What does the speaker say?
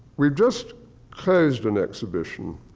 we've just closed an exhibition,